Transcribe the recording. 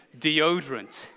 deodorant